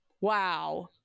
wow